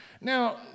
Now